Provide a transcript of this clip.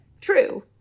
True